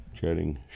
Chatting